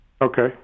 Okay